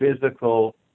physical